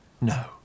no